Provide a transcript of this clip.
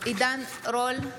עידן רול,